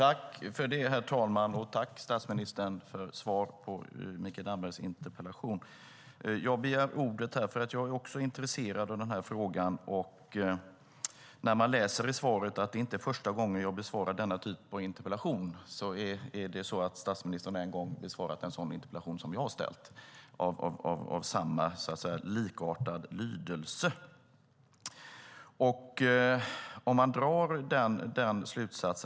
Herr talman! Tack, statsministern, för svar på Mikael Dambergs interpellation! Jag begär ordet för att jag också är intresserad av den här frågan. I svaret säger statsministern: Det är inte första gången jag besvarar denna typ av interpellation. Det är så att statsministern en gång har besvarat en interpellation med likartad lydelse, som jag har ställt.